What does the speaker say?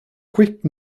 quick